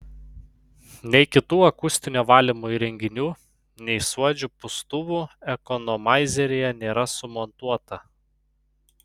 nei kitų akustinio valymo įrenginių nei suodžių pūstuvų ekonomaizeryje nėra sumontuota